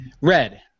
Red